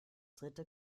dritte